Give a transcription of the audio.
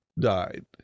died